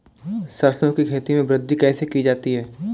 सरसो की खेती में वृद्धि कैसे की जाती है?